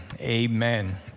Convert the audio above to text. amen